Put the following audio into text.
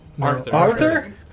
Arthur